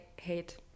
hate